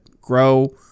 grow